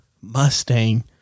Mustang